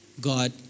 God